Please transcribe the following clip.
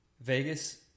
Vegas